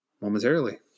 momentarily